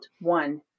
One